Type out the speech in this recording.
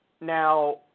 Now